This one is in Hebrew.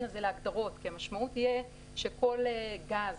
הזה להגדרות כי המשמעות תהיה שכל גז